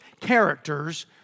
characters